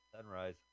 sunrise